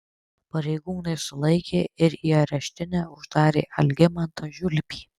pareigūnai sulaikė ir į areštinę uždarė algimantą žiulpį